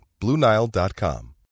BlueNile.com